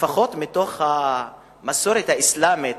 לפחות מתוך המסורת האסלאמית,